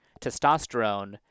testosterone